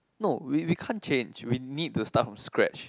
no we we can't change we need to start from scratch